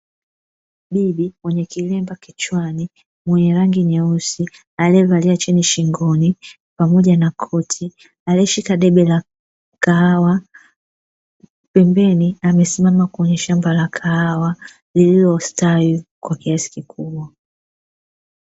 Bibi mwenye kilemba kichwani, mwenye rangi nyeusi, aliyevalia cheni shingoni pamoja na koti, aliyeshika debe la kahawa. Pembeni amesimama kwenye shamba la kahawa, lililostawi kwa kiasi kikubwa.